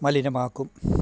മലിനമാക്കും